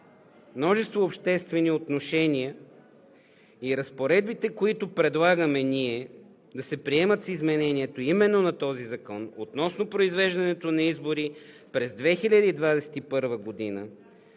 множество обществени отношения. Разпоредбите, които ние предлагаме да се приемат с изменението именно на този закон относно произвеждането на избори през 2021 г.,